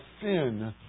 sin